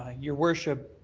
ah your worship,